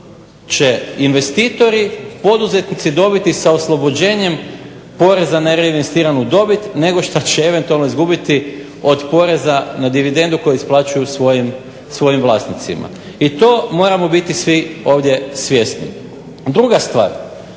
će investitori, poduzetnici dobiti sa oslobođenjem poreza na reinvestiranu dobit nego što će eventualno izgubiti od poreza na dividendu koju isplaćuju svojim vlasnicima. I to moramo biti svi ovdje svjesni. Druga stvar,